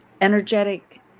energetic